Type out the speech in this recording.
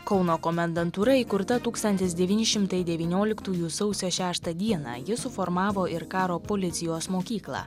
kauno komendantūra įkurta tūkstantis devyni šimtai devynioliktųjų sausio šeštą dieną ji suformavo ir karo policijos mokyklą